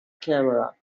camera